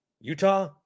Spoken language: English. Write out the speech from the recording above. Utah